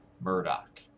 Murdoch